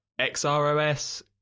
XROS